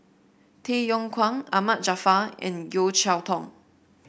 Tay Yong Kwang Ahmad Jaafar and Yeo Cheow Tong